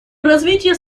развития